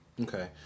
Okay